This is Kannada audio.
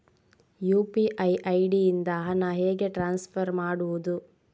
ಯು.ಪಿ.ಐ ಐ.ಡಿ ಇಂದ ಹಣ ಹೇಗೆ ಟ್ರಾನ್ಸ್ಫರ್ ಮಾಡುದು?